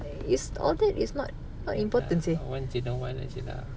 is all that is not important seh